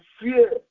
fear